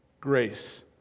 grace